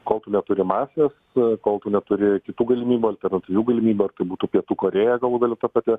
kol tu neturi masės kol tu neturėi kitų galimybių alternatyvių galimybių ar tai būtų pietų korėja galų gale ta pati